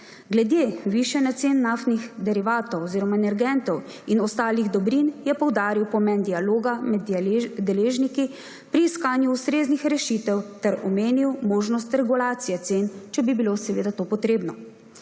Glede višanja cen naftnih derivatov oziroma energentov in ostalih dobrin je poudaril pomen dialoga med deležniki pri iskanju ustreznih rešitev ter omenil možnost regulacije cen, če bi bilo seveda to potrebno.